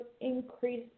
increase